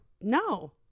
no